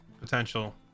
potential